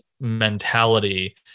mentality